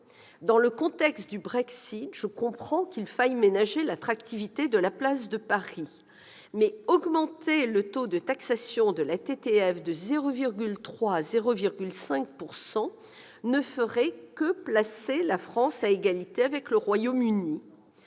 Dans le contexte du Brexit, je comprends qu'il faille ménager l'attractivité de la place de Paris. Mais augmenter le taux de taxation de la TTF de 0,3 à 0,5 % ne ferait que placer la France à égalité avec le Royaume-Uni